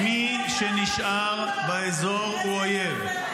מי שנשאר באזור הוא אויב.